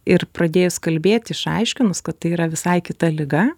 ir pradėjus kalbėti išaiškinus kad tai yra visai kita liga